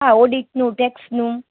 હા ઓડિટનું ટેક્સનું